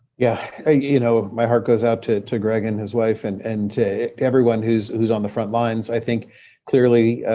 yeah ah you know ah my heart goes out to to greg and his wife, and and to everyone who's on the front lines. i think clearly,